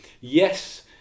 Yes